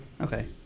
okay